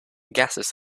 gases